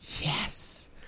Yes